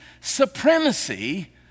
supremacy